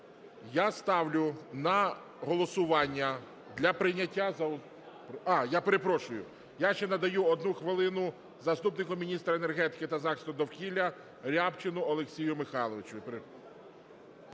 я ставлю на голосування для прийняття за основу… А, я перепрошую. Я ще надаю 1 хвилину заступнику міністра енергетики та захисту довкілля Рябчину Олексію Михайловичу.